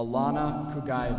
a lot of guys